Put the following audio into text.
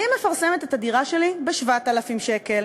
אני מפרסמת את הדירה שלי ב-7,000 שקל.